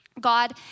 God